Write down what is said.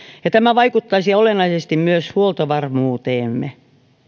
ja tämä vaikuttaisi olennaisesti myös huoltovarmuuteemme